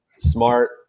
smart